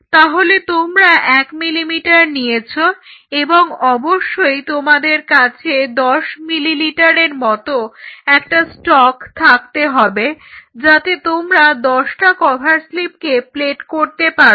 তাহলে তোমরা 1ml নিয়েছো এবং অবশ্যই তোমাদের কাছে 10ml এর মত একটা স্টক থাকতে হবে যাতে তোমরা দশটা কভার স্লিপকে প্লেট করতে পারো